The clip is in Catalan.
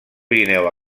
pirineu